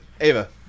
Ava